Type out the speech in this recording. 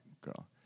girl